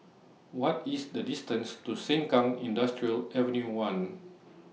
What IS The distance to Sengkang Industrial Avenue one